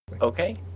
Okay